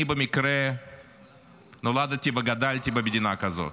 אני במקרה נולדתי וגדלתי במדינה כזאת.